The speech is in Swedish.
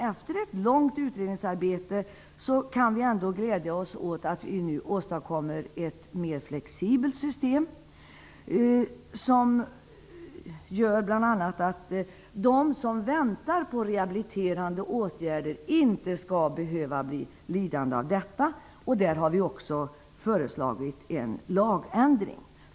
Efter ett långt utredningsarbete kan vi ändå glädja oss åt att vi nu åstadkommer ett mer flexibelt system, som bl.a. innebär att de som väntar på rehabiliterande åtgärder inte skall behöva bli lidande av detta. Vi har också föreslagit en lagändring på den punkten.